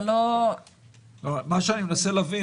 אני לא --- מה שאני מנסה להבין,